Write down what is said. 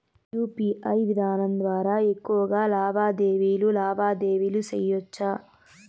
UPI విధానం ద్వారా ఎక్కువగా లావాదేవీలు లావాదేవీలు సేయొచ్చా?